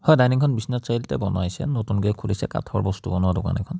হয় ডাইনিংখন বিশ্বনাথ চাৰিআলিতে বনাইছে নতুনকৈ খুলিছে কাঠৰ বস্তু বনোৱা দোকান এইখন